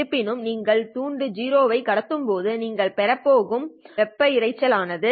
இருப்பினும் நீங்கள் துண்டு 0 ஐ கடத்தும் போது நீங்கள் பெறப் போவது வெப்ப இரைச்சல் ஆகும்